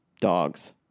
dogs